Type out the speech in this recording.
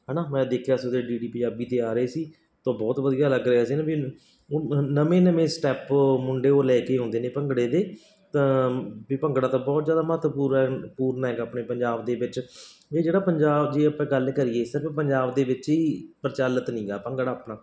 ਹੈ ਨਾ ਮੈਂ ਦੇਖਿਆ ਸੀ ਉਹਦੇ ਡੀਡੀ ਪੰਜਾਬੀ 'ਤੇ ਆ ਰਹੇ ਸੀ ਤਾਂ ਬਹੁਤ ਵਧੀਆ ਲੱਗ ਰਿਹਾ ਸੀ ਨਾ ਵੀ ਉਹ ਨਵੇਂ ਨਵੇਂ ਸਟੈਪ ਮੁੰਡੇ ਉਹ ਲੈ ਕੇ ਆਉਂਦੇ ਨੇ ਭੰਗੜੇ ਦੇ ਤਾਂ ਵੀ ਭੰਗੜਾ ਤਾਂ ਬਹੁਤ ਜ਼ਿਆਦਾ ਮਹੱਤਵਪੂਰ ਪੂਰਨ ਹੈਗਾ ਆਪਣੇ ਪੰਜਾਬ ਦੇ ਵਿੱਚ ਇਹ ਜਿਹੜਾ ਪੰਜਾਬ ਜੇ ਆਪਾਂ ਗੱਲ ਕਰੀਏ ਸਿਰਫ ਪੰਜਾਬ ਦੇ ਵਿੱਚ ਹੀ ਪ੍ਰਚਲਿਤ ਨਹੀਂ ਗਾ ਭੰਗੜਾ ਆਪਣਾ